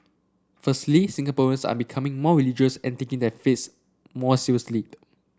firstly Singaporeans are becoming more religious and taking their faiths more seriously